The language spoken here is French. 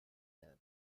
lab